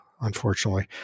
unfortunately